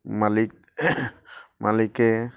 মালিক মালিকে